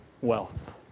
wealth